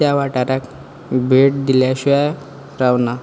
त्या वाटाराक भेट दिल्या शिवाय रावना